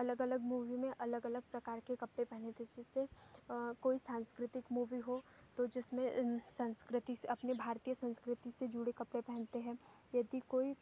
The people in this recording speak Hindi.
अलग अलग मूवी में अलग अलग प्रकार के कपड़े पहने तो इसी से कोई सांस्कृतिक मूवी हो तो जिसमें इन संस्कृति अपने भारतीय संस्कृति से जुड़े कपड़े पहनते हैं यदि कोई